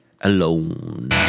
Alone